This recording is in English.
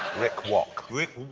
rick wock. rick